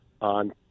on